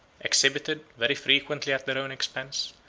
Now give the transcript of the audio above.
exhibited, very frequently at their own expense,